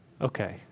Okay